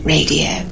Radio